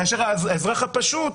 כאשר האזרח הפשוט,